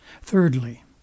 Thirdly